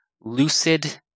Lucid